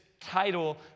title